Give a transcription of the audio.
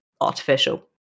artificial